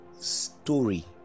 story